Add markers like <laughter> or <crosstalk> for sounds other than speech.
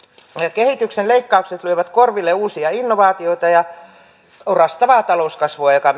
kehityksen leikkaukset lyövät korville uusia innovaatioita ja orastavaa talouskasvua joka <unintelligible>